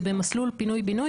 ובמסלול פינוי-בינוי,